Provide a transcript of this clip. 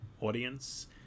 audience